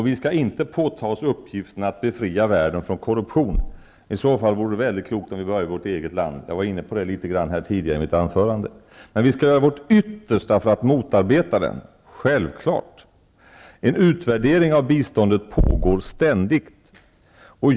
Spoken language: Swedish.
Vi skall inte påta oss uppgiften att befria världen från korruption. I så fall vore det klokt att börja i vårt eget land. Jag var inne på den frågan tidigare i mitt anförande. Vi skall självfallet göra vårt yttersta för att motarbeta korruption. En utredning av biståndet pågår ständigt.